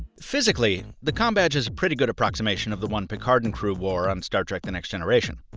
physically, the combadge is a pretty good approximation of the one picard and crew wore on star trek the next generation.